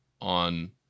on